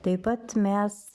taip pat mes